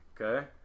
Okay